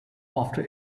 after